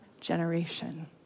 generation